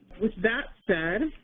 with that said,